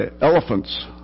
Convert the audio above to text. elephants